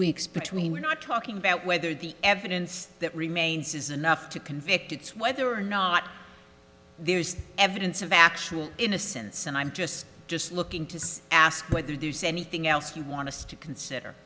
weeks between we're not talking about whether the evidence that remains is enough to convict it's whether or not there's evidence of actual innocence and i'm just just looking to ask whether there's anything else you want to stick consider